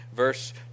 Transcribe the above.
verse